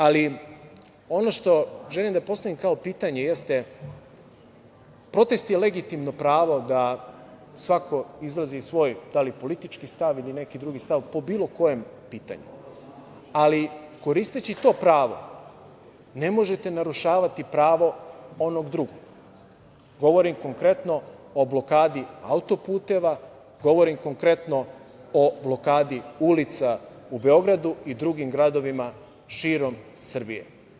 Ali ono što želim da postavim kao pitanje jeste – protest je legitimno pravo da svako izrazi svoj da li politički stav ili neki drugi stav po bilo kojem pitanju, ali koristeći to pravo ne možete narušavati pravo onog drugog, govorim konkretno o blokadi auto-puteva, govorim konkretno o blokadi ulica u Beogradu i drugim gradovima širom Srbije.